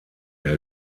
der